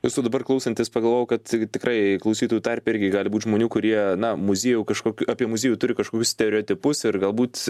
jūsų dabar klausantis pagalvojau kad tikrai klausytojų tarpe irgi gali būt žmonių kurie na muziejų kažkur apie muziejų turi kažkokius stereotipus ir galbūt